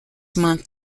month